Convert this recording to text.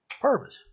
purpose